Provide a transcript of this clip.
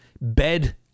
bed